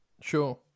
sure